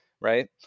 Right